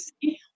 see